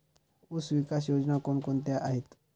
ऊसविकास योजना कोण कोणत्या आहेत?